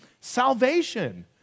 salvation